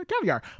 caviar